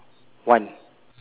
one